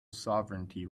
sovereignty